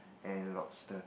and lobster